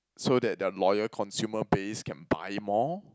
so that their loyal consumer base can buy more